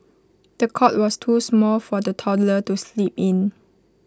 the cot was too small for the toddler to sleep in